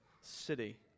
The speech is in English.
city